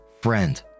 friend